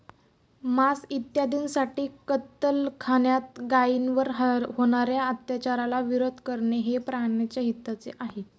मांस इत्यादींसाठी कत्तलखान्यात गायींवर होणार्या अत्याचाराला विरोध करणे हे प्राण्याच्या हिताचे आहे